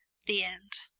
the end.